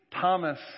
Thomas